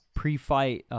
pre-fight